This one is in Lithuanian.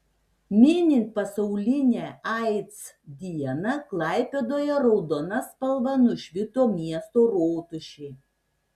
minint pasaulinę aids dieną klaipėdoje raudona spalva nušvito miesto rotušė